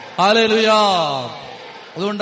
Hallelujah